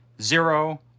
zero